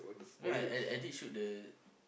I mean I I I did shoot the